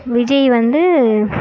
விஜய் வந்து